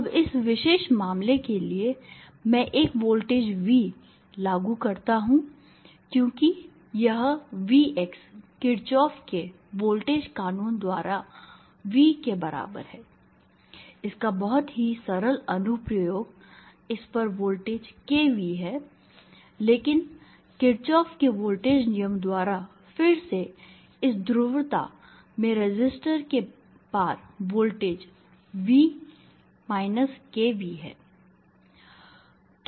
अब इस विशेष मामले के लिए मैं एक वोल्टेज V लागू करता हूं क्योंकि यह Vx किरचॉफ के वोल्टेज कानून Kirchoff's Voltage law द्वारा V के बराबर है इसका बहुत ही सरल अनुप्रयोग इस पर वोल्टेज kV है लेकिन किरचॉफ के वोल्टेज नियम द्वारा फिर से इस ध्रुवता में रेसिस्टर के पार वोल्टेज V kV है